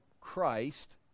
christ